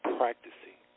practicing